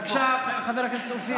בבקשה, חבר הכנסת אופיר.